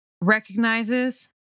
recognizes